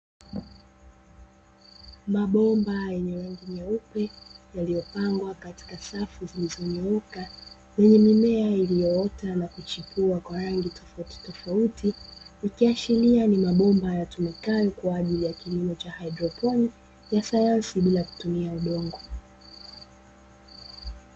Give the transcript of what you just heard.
Mabomba yenye rangi nyeupe, yaliyopangwa katika safu zilizonyoka, yenye mimea iliyoota na kuchipua kwa rangi tofautitofauti, ikiashiria ni mabomba yatumikayo kwa ajili ya kilimo cha haidroponi ya sayansi bila kutumia udongo.